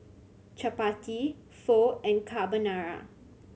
Chapati Pho and Carbonara